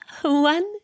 One